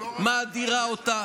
מאדירה אותה,